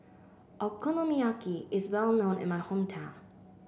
Okonomiyaki is well known in my hometown